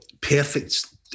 perfect